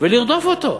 ולרדוף אותו,